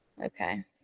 Okay